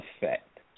effect